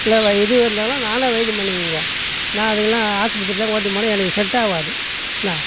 இல்லை வ எது வந்தாலும் நானே வைத்தியம் பண்ணி விடுவேன் நான் அதுகளைலாம் ஆஸ்பத்திரிக்குலாம் ஓட்டின்னு போனால் எனக்கு செட்டாகாது என்ன